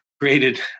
created –